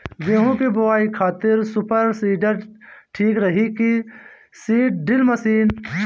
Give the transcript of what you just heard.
गेहूँ की बोआई खातिर सुपर सीडर ठीक रही की सीड ड्रिल मशीन?